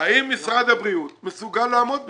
האם משרד הבריאות מסוגל לעמוד בזה?